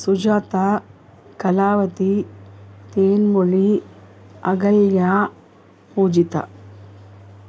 Sujatha Kalavathi Thenmozhi Ahalya Poojitha